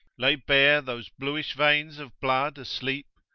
lay bare those blueish veins of blood asleep?